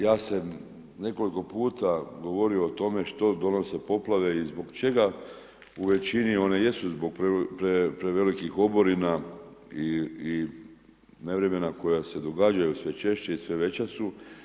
Ja sam nekoliko puta govorio o tome što donose poplave i zbog čega u većini one jesu zbog prevelikih oborina i nevremena koja se događaju sve češće i sve veća su.